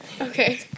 Okay